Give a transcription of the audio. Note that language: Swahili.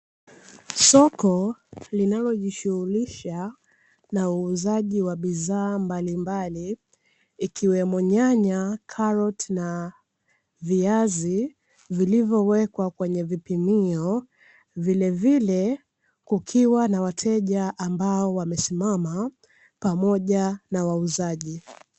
Soko linalojishughulisha na uuzaji wa bidhaa mbalimbali ikiwemo: nyanya, karoti na viazi; vilivyowekwa kwenye vipimio, vilevile kukiwa na wateja ambao wamesimama pamoja na wauzaji.